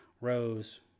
rows